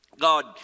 God